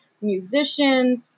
musicians